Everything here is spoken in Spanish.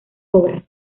obras